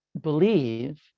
believe